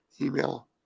Email